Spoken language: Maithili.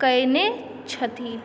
कयने छथिन